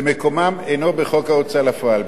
ומקומן אינו בחוק ההוצאה לפועל,